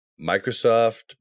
Microsoft